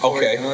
Okay